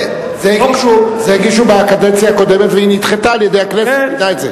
את זה הגישו בקדנציה הקודמת והיא נדחתה על-ידי הכנסת.